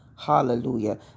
Hallelujah